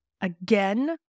again